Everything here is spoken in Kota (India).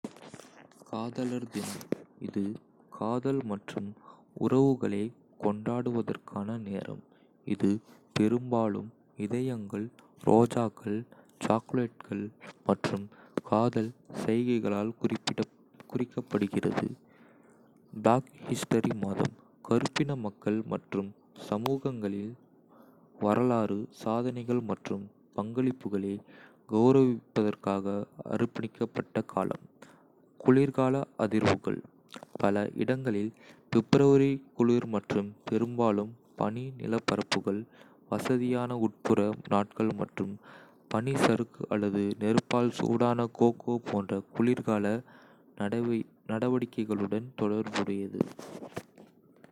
ஜனவரியை நினைக்கும் போது, புதிய தொடக்கங்கள் மற்றும் புதிய தொடக்கங்கள் என்று நினைக்கிறேன். இது ஆண்டைத் தொடங்கும் மாதம், பெரும்பாலும் தீர்மானங்கள், நம்பிக்கைகள் மற்றும் மாற்றத்திற்கான திட்டங்களால் நிரப்பப்படுகிறது. நீங்கள் புதிய நோக்கங்களை அமைக்கக்கூடிய வெற்றுப் பக்கம் போன்ற புதுப்பித்தல் உணர்வு காற்றில் உள்ளது. ஜனவரி என்பது பிரதிபலிப்புக்கான ஒரு நேரமாகும் - முந்தைய ஆண்டைத் திரும்பிப் பார்த்து, நீங்கள் எதை மேம்படுத்த அல்லது அடைய விரும்புகிறீர்கள் என்பதைப் பற்றி சிந்திக்கவும். சிலருக்கு, இது குளிர் மாதம் நீங்கள் இருக்கும் இடத்தைப் பொறுத்து, இது சூடான பானங்கள், உள்ளே தங்கி, பிரதிபலிக்கும் அல்லது ஓய்வெடுக்கும். ஜிம்மைத் தொடங்குவது அல்லது நீங்கள் தள்ளிப்போட்ட திட்டத்தைச் சமாளிப்பது போன்ற புதிய நடைமுறைகள் அல்லது பழக்கவழக்கங்களின் சலசலப்பும் உள்ளது. நீங்கள் எப்படி? நீங்கள் ஜனவரி மாதத்தை புதிதாகத் தொடங்குகிறீர்களா அல்லது உங்களுக்கு வேறு ஏதாவது உள்ளதா?